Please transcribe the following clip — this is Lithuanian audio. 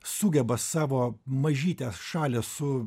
sugeba savo mažytę šalį su